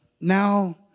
now